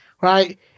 Right